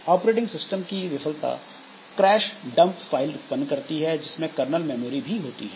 operating system की विफलता crash dump file उत्पन्न करती है जिसमें कर्नल मेमोरी भी होती है